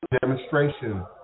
demonstration